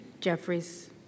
Jeffries